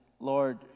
Lord